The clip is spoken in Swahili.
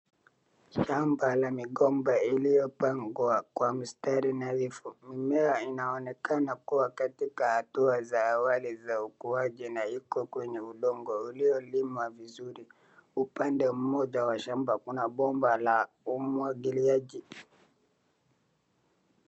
Shamba ya migomba iliyopandwa kwa mstari mirefu, mimea inaonekana kuwa katika hatua za awali za ukuaji na iko kwenye udongo uliolimwa vizuri, upande mmoja wa shamba kuna bomba la umwagiliaji.